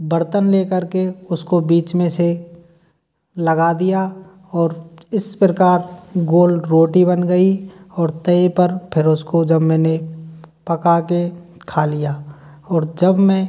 बर्तन लेकर के उसको बीच में से लगा दिया और इस प्रकार गोल रोटी बन गई और तवे पर फिर उसको जब मैंने पका कर खा लिया और जब मैं